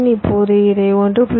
இப்போது இதை 1